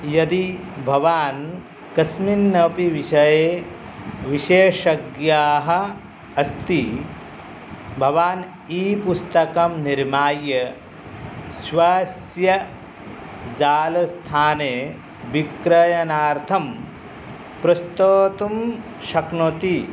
यदि भवान् कस्मिन्नपि विषये विशेषज्ञः अस्ति भवान् ई पुस्तकं निर्माय स्वस्य जालस्थाने विक्रयणार्थं प्रस्तोतुं शक्नोति